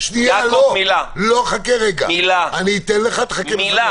אני אגיד לך את הדבר הבא מה באת להגיד.